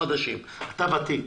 חברי כנסת חדשים אבל אתה חבר כנסת ותיק.